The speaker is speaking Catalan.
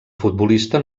futbolista